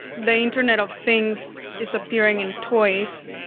the internet of things is appearing in toys.